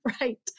right